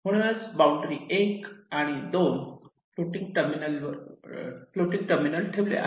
म्हणूनच बाउंड्री वर 1 आणि 2 फ्लोटिंग टर्मिनल टर्मिनल ठेवले आहे